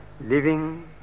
Living